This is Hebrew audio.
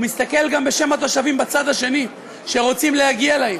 הוא מסתכל גם בשם התושבים בצד השני שרוצים להגיע לעיר.